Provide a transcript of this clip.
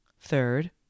Third